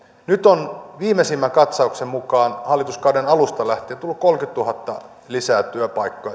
nyt on viimeisimmän katsauksen mukaan hallituskauden alusta lähtien tullut kolmekymmentätuhatta lisää uusia työpaikkoja